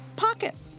pocket